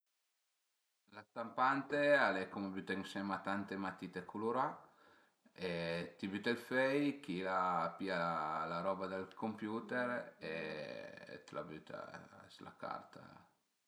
La stampante al e cume büté ënsema tante matite culurà e ti büte ël föi e chila a pìa la roba dal computer e a t'la büta s'la carta